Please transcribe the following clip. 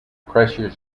pressure